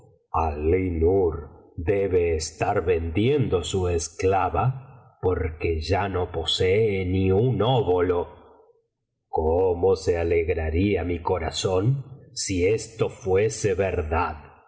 debe estar vendiendo su esclava porque ya no posee ni un óbolo cómo se alegraría mi corazón si esto fuese verdad